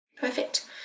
Perfect